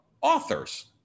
authors